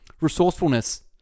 Resourcefulness